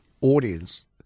audience